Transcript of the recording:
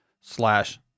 slash